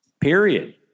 Period